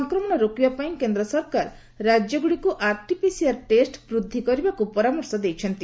ସଂକ୍ରମଣ ରୋକିବାପାଇଁ କେନ୍ଦ୍ର ସରକାର ରାଜ୍ୟଗୁଡ଼ିକୁ ଆର୍ଟିପିସିଆର୍ ଟେଷ୍ ବୁଦ୍ଧି କରିବାକୁ ପରାମର୍ଶ ଦେଇଛନ୍ତି